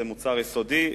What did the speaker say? זה מוצר יסודי,